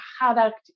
product